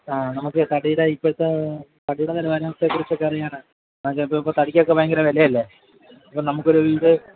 ആ നമുക്ക് തടിയുടെ ഇപ്പോഴത്തെ തടിയുടെ നിലവാരത്തെക്കുറിച്ചൊക്കെ അറിയാനാ അതെ ഇപ്പോള് ഇപ്പോള് തടിക്കൊക്കെ ഭയങ്കര വിലയല്ലേ അപ്പോള് നമ്മുക്കൊരു ഇത്